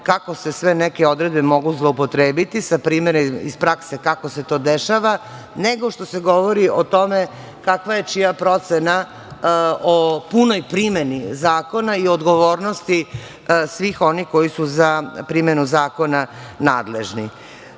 kako se sve neke odredbe mogu zloupotrebiti, sa primerom iz prakse kako se to dešava, nego što se govori o tome kakva je čija procena o punoj primeni zakona i odgovornosti svih onih koji su za primenu zakona nadležni. Dalje,